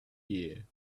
year